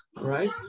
right